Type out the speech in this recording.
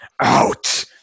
out